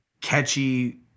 catchy